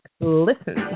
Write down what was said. listen